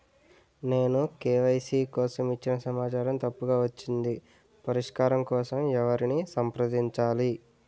నేను కే.వై.సీ కోసం ఇచ్చిన సమాచారం తప్పుగా వచ్చింది పరిష్కారం కోసం ఎవరిని సంప్రదించాలి?